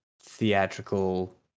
theatrical